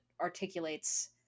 articulates